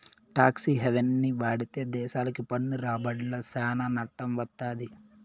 talks హెవెన్ని వాడితే దేశాలకి పన్ను రాబడ్ల సానా నట్టం వత్తది